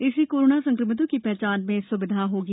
इससे कोरोना संक्रमितों की पहचान में सुविधा होगी